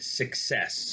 success